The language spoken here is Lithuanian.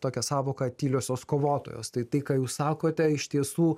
tokią sąvoką tyliosios kovotojos tai tai ką jūs sakote iš tiesų